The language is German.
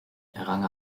errang